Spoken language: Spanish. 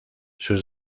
sus